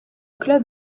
club